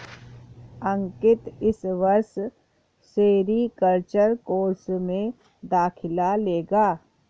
अंकित इस वर्ष sericulture course में दाखिला लेगा